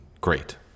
great